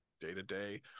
day-to-day